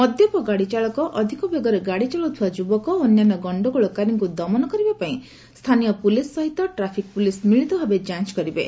ମଦ୍ୟପ ଗାଡ଼ି ଚାଳକ ଅଧିକ ବେଗରେ ଗାଡ଼ି ଚଲାଉଥିବା ଯୁବକ ଓ ଅନ୍ୟାନ୍ୟ ଗଶ୍ତଗୋଳକାରୀଙ୍କୁ ଦମନ କରିବା ପାଇଁ ସ୍ଥାନୀୟ ପ୍ରଲିସ୍ ସହିତ ଟାଫିକ୍ ପ୍ରଲିସ୍ ମିଳିତ ଭାବେ ଯାଞ୍ଚ କରିବେ